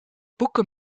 boeken